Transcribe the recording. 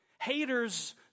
Haters